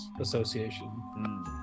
association